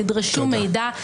תדרשו מידע.